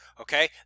Okay